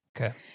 Okay